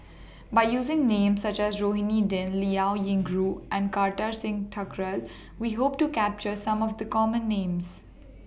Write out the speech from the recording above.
By using Names such as Rohani Din Liao Yingru and Kartar Singh Thakral We Hope to capture Some of The Common Names